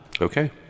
okay